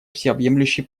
всеобъемлющий